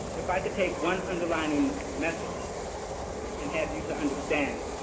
if i could take one underlying message and have you to understand,